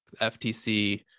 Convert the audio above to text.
FTC